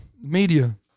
media